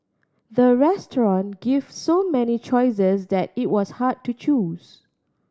the restaurant gave so many choices that it was hard to choose